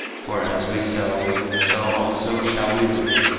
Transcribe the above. for as we sow, so also shall we reap.